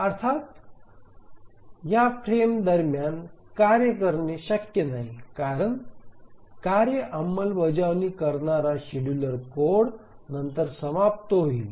अर्थात या फ्रेम दरम्यान कार्य करणे शक्य नाही कारण कार्य अंमलबजावणी करणारा शेड्यूलर कोड नंतर समाप्त होईल